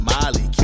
Molly